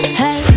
hey